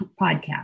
podcast